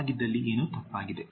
ಹಾಗಿದ್ದಲ್ಲಿ ಏನು ತಪ್ಪಾಗಿದೆ